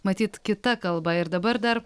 matyt kita kalba ir dabar dar